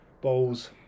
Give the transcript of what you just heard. bowls